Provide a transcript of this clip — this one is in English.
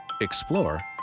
explore